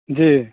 जी